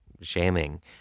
shaming